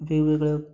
वेगवेगळ्यो